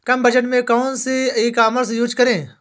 कम budget में कौन सी ई कॉमर्स यूज़ करें?